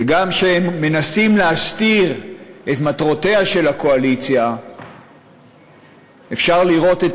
וגם כשהם מנסים להסתיר את מטרותיה של הקואליציה אפשר לראות את